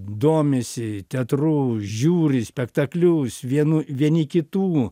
domisi teatru žiūri spektaklius vienų vieni kitų